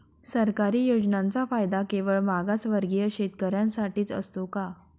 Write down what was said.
सरकारी योजनांचा फायदा केवळ मागासवर्गीय शेतकऱ्यांसाठीच असतो का?